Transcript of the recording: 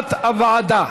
כהצעת הוועדה.